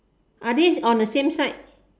are these on the same side